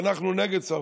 ואנחנו נגד סרבנות.